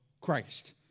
Christ